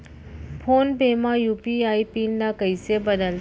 Phone पे म UPI PIN ल कइसे बदलथे?